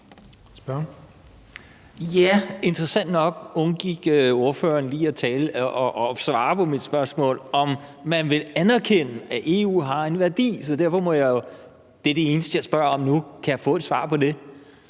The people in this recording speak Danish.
(V): Interessant nok undgik ordføreren lige at svare på mit spørgsmål, om man vil anerkende, at EU har en værdi. Det er det eneste, jeg spørger om nu. Kan jeg få et svar på det?